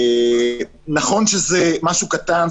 נכון שזה משהו קטן,